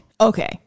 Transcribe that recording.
Okay